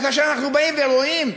כשאנחנו באים ורואים,